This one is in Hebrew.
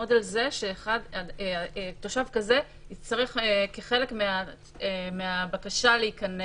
נעמוד על זה שתושב כזה יצטרך, כחלק מהבקשה להיכנס,